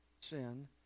sin